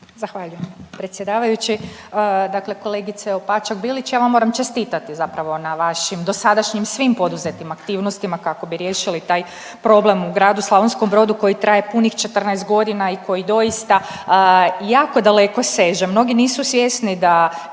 Zahvaljujem predsjedavajući, dakle kolegice Opačak Bilić, ja vam moram čestitati zapravo na vašim dosadašnjim svim poduzetim aktivnostima kako bi riješili taj problem u gradu Slavonskom Brodu koji traje punih 14 godina i koji doista jako daleko seže. Mnogi nisu svjesni da